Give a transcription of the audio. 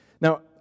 Now